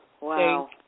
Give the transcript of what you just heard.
Wow